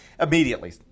immediately